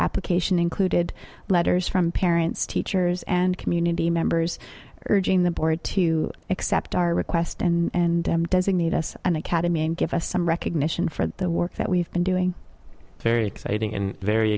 application included letters from parents teachers and community members urging the board to accept our request and designate us an academy and give us some recognition for the work that we've been doing very exciting and very